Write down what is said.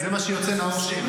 נאור שירי.